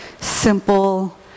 simple